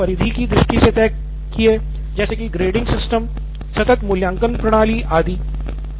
कुछ फीचर हमने परिधि की दृष्टि से तय की जैसे ग्रेडिंग सिस्टम सतत मूल्यांकन प्रणाली आदि